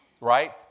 right